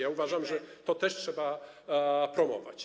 Ja uważam, że to też trzeba promować.